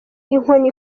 inkoni